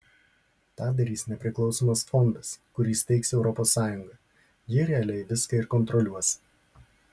tą darys nepriklausomas fondas kurį steigs europos sąjunga ji realiai viską ir kontroliuos